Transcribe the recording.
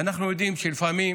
ואנחנו יודעים שלפעמים